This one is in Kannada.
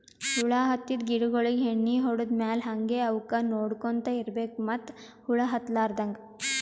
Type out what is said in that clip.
ಹುಳ ಹತ್ತಿದ್ ಗಿಡಗೋಳಿಗ್ ಎಣ್ಣಿ ಹೊಡದ್ ಮ್ಯಾಲ್ ಹಂಗೆ ಅವಕ್ಕ್ ನೋಡ್ಕೊಂತ್ ಇರ್ಬೆಕ್ ಮತ್ತ್ ಹುಳ ಹತ್ತಲಾರದಂಗ್